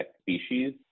species